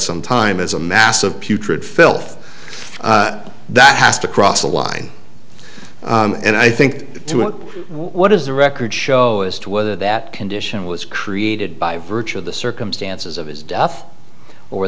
some time is a massive putrid filth that has to cross a line and i think what does the record show as to whether that condition was created by virtue of the circumstances of his death or